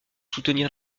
soutenir